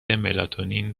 ملاتونین